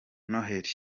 noheli